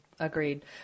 Agreed